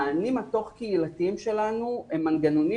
המענים התוך קהילתיים שלנו הם מנגנונים